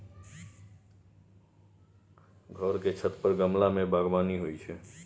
घर के छत पर गमला मे बगबानी होइ छै